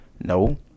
No